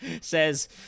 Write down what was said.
says